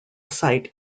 site